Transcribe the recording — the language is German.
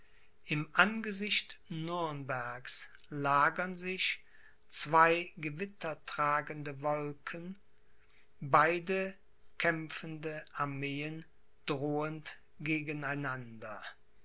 im angesicht nürnbergs lagern sich zwei gewitter tragende wolken beide kämpfende armeen drohend gegeneinander